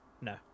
No